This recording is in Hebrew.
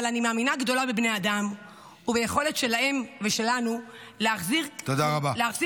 אבל אני מאמינה גדולה בבני אדם וביכולת שלהם ושלנו להחזיק מורכבויות,